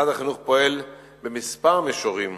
שמשרד החינוך פועל בכמה מישורים